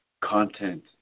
content